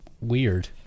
Weird